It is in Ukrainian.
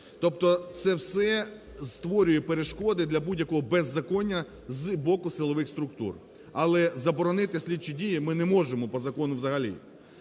Тобто це все створює перешкоди для будь-якого беззаконня з боку силових структур. Але заборонити слідчі дії ми не можемо, по закону, взагалі.